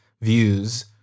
views